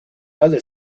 other